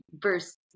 verse